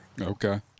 Okay